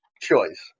choice